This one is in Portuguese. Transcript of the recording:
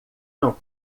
não